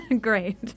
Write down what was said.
Great